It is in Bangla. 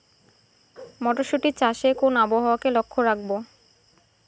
মটরশুটি চাষে কোন আবহাওয়াকে লক্ষ্য রাখবো?